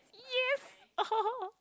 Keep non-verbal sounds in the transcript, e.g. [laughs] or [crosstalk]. yes [laughs]